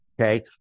okay